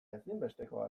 ezinbestekoa